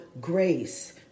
grace